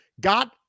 got